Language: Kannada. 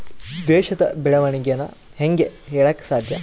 ದೇಶದ ಬೆಳೆವಣಿಗೆನ ಹೇಂಗೆ ಹೇಳಕ ಸಾಧ್ಯ?